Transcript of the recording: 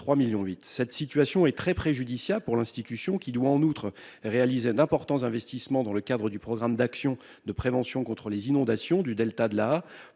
3 millions huit cette situation est très préjudiciable pour l'institution qui doit en outre réalisé d'importants investissements dans le cadre du programme d'action de prévention contre les inondations du Delta de la pour